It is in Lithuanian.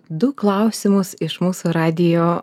du klausimus iš mūsų radijo